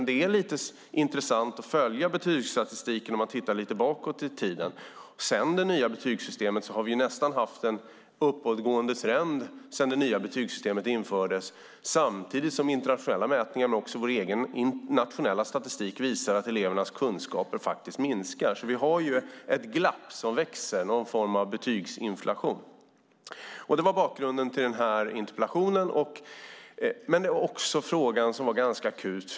Det är lite intressant att följa betygsstatistiken och titta lite bakåt i tiden. Sedan det nya betygssystemet infördes har vi haft en uppåtgående trend samtidigt som internationella mätningar, och också vår egen nationella statistik, visar att elevernas kunskap minskar. Vi har ett glapp som växer. Det är någon form av betygsinflation. Det var bakgrunden till den här interpellationen, men också en annan fråga.